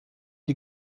die